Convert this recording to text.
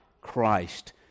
Christ